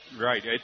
Right